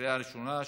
לקריאה ראשונה.